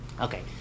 Okay